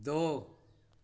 दो